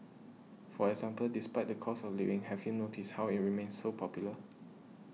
for example despite the cost of living have you noticed how it remains so popular